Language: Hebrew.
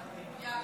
יאללה,